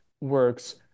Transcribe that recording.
works